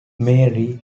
marie